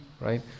right